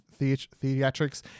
theatrics